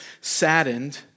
saddened